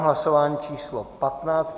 Hlasování číslo 15.